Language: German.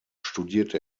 studierte